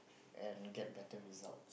and get better results